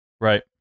Right